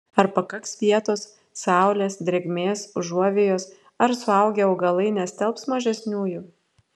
ar pakaks vietos saulės drėgmės užuovėjos ar suaugę augalai nestelbs mažesniųjų